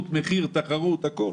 הכול.